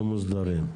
לא מוסדרים.